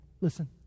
Listen